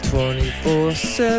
24-7